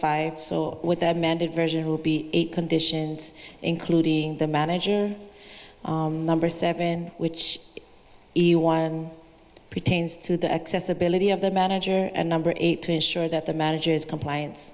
five so what that man did version will be eight conditions including the manager number seven which pertains to the accessibility of the manager and number eight to ensure that the manager is compliance